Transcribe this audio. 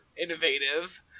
innovative